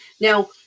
Now